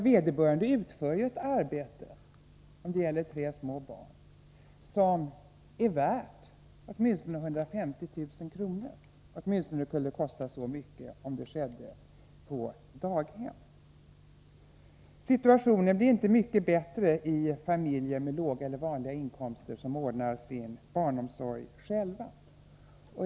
Vederbörande utför ju ett arbete som, om det gäller tre små barn, är värt 150 000 kr. — åtminstone skulle det kosta så mycket om det skedde på daghem. Situationen blir inte mycket bättre för familjer med låga eller vanliga inkomster som ordnar sin barnomsorg själv.